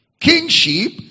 Kingship